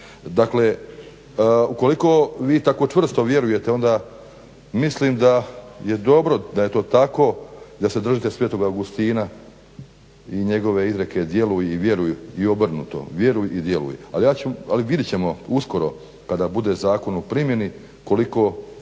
Dakle ukoliko vi tako čvrsto vjerujete onda mislim da je dobro da je to tako i da se držite sv. Augustina i njegove izreke "Djeluj i vjeruj" i obrnuto vjeruj i djeluj. Ali vidjet ćemo uskoro kada bude zakon u primjeni koliko